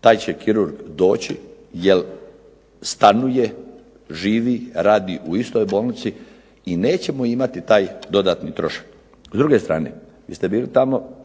Taj će kirurg doći jer stanuje, živi, radi u istoj bolnici i nećemo imati taj dodatni trošak. S druge strane, vi ste bili tamo